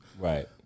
Right